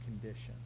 condition